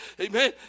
Amen